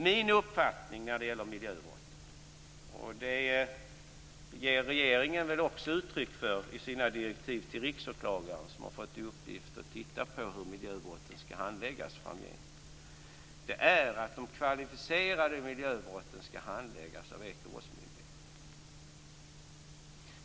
Min uppfattning om miljöbrotten - och det ger regeringen också uttryck för i direktiven till Riksåklagaren, som har fått i uppgift att titta på hur miljöbrotten skall handläggas framgent - är att de kvalificerade miljöbrotten skall handläggas av Ekobrottsmyndigheten.